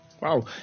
Wow